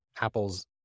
Apple's